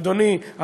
אדוני,